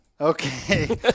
Okay